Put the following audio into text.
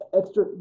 extra